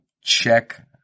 check